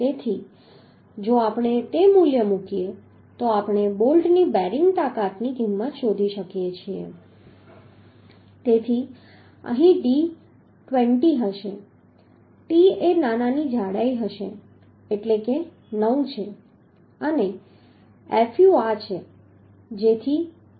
તેથી જો આપણે તે મૂલ્યો મૂકીએ તો આપણે બોલ્ટની બેરિંગ તાકાતની કિંમત શોધી શકીએ છીએ તેથી અહીં d 20 હશે t એ નાનાની જાડાઈ હશે એટલે કે 9 છે અને fu આ છે